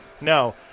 No